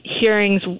hearings